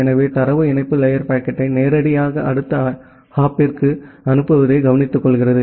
எனவே தரவு இணைப்பு லேயர் பாக்கெட்டை நேரடியாக அடுத்த ஹாப்பிற்கு அனுப்புவதை கவனித்துக்கொள்கிறது